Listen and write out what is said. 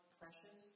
precious